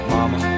Mama